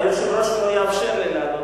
אני, אלי ישי,